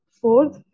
fourth